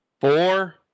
four